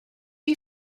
you